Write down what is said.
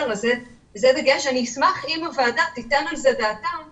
אני אשמח אם הוועדה תיתן את דעתה על זה.